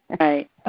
Right